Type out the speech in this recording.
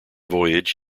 voyage